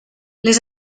les